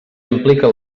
implica